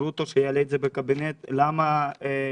גרוטו שיעלה בקבינט את השאלה למה לא